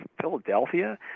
Philadelphia